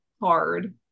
hard